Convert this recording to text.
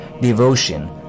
devotion